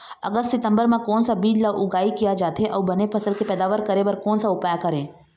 अगस्त सितंबर म कोन सा बीज ला उगाई किया जाथे, अऊ बने फसल के पैदावर करें बर कोन सा उपाय करें?